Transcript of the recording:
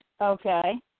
Okay